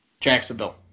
Jacksonville